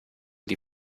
die